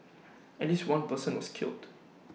at least one person was killed